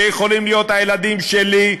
שיכולים להיות הילדים שלי,